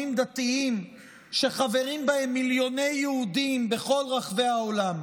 דתיים שחברים בהם מיליוני יהודים בכל רחבי העולם,